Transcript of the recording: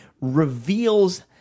reveals